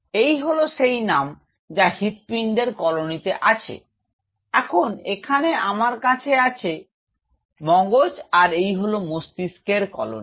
এই হল সেই নাম যা হৃৎপিণ্ডের কলোনিতে আছে এখন এখানে আমার কাছে আছে মগজ আর এই হল মস্তিস্কের কলোনি